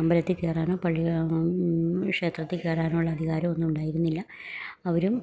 അമ്പലത്തിൽ കയറാനോ പള്ളികളിൽ ക്ഷേത്രത്തിൽ കയറുവാനുമുള്ള അധികാരവൊന്നും ഉണ്ടായിരുന്നില്ല അവരും